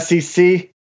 SEC